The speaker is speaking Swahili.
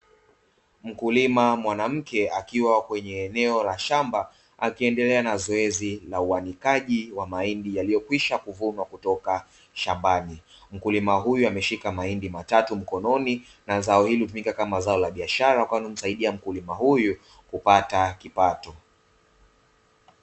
Mkulima mwanamke akiwa kwenye eneo la shamba akiendelea na zoezi la uanikaji wa mahindi yaliyokwisha kuvunwa kutoka shambani. Mkulima huyu ameshika mahindi matatu mkononi na zao hili hutumika kama zao la biashara mkulima huyu kupata kipato.